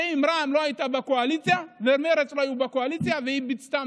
שאם רע"מ לא הייתה בקואליציה ומרצ לא היו בקואליציה ואבתיסאם